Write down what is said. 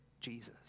Jesus